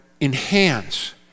enhance